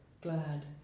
Glad